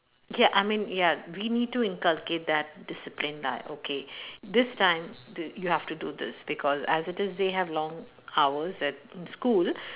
ya I mean ya we need to inculcate that discipline lah okay this time t~ you have to do this because as it is they have long hours at school